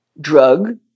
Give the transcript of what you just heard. drug